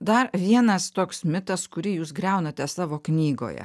dar vienas toks mitas kurį jūs griaunate savo knygoje